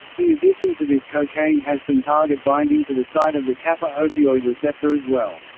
in addition to this cocaine has some target binding to the site of the kappa-opioid receptor as well.